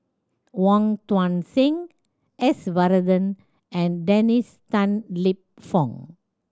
Wong Tuang Seng S Varathan and Dennis Tan Lip Fong